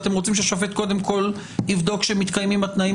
אתם רוצים שהשופט קודם כל יבדוק שמתקיימים התנאים